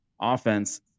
offense